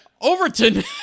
Overton